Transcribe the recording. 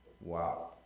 Wow